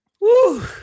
Woo